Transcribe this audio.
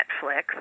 Netflix